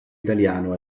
italiano